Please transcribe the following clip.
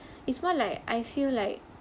it's more like I feel like